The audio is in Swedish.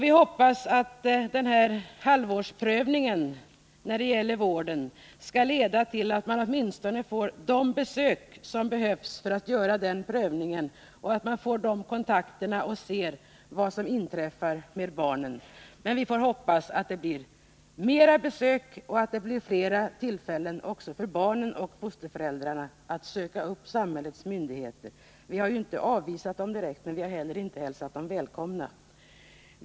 Vi hoppas att den här halvårsprövningen när det gäller vården skall leda till att man åtminstone får de besök som behövs för att göra den prövningen och att man får sådana kontakter att man ser vad som inträffar med barnen. Vi får hoppas att det blir fler besök och att det blir tillfälle för barnen och fosterföräldrarna att söka upp samhällets myndigheter. Vi har ju inte direkt avvisat dem, men vi har heller inte hälsat dem välkomna.